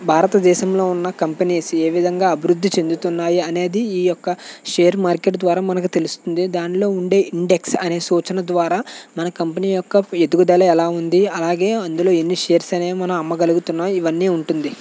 భారతదేశంలో ఉన్న కంపెనీస్ ఏవిధంగా అభివృద్ధి చెందుతున్నాయి అనేది ఈ యొక్క షేర్ మార్కెట్ ద్వారా మనకు తెలుస్తుంది దానిలో ఉండే ఇండెక్స్ అనే సూచన ద్వారా మనకు కంపెనీ యొక్క ఎదుగుదల ఎలా ఉంది అలాగే అందులో ఎన్ని షేర్స్ అనేవి మనం అమ్మగలుగుతున్నాం ఇవన్నీ ఉంటుంది